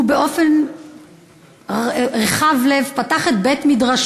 והוא, באופן רחב לב, פתח את בית-מדרשו.